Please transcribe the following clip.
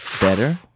better